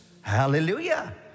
Hallelujah